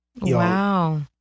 wow